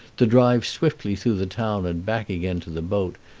to drive swiftly through the town and back again to the boat,